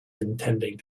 intending